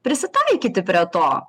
prisitaikyti prie to